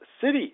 cities